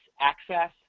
access